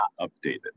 updated